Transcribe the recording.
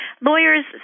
lawyers